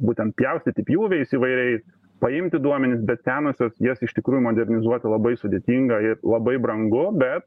būtent pjaustyti pjūviais įvairiai paimti duomenis bet senosios jas iš tikrųjų modernizuoti labai sudėtinga ir labai brangu bet